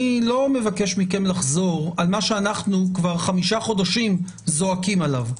אני לא מבקש מכם לחזור על מה שאנחנו כבר חמישה חודשים זועקים עליו.